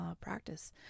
practice